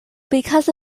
because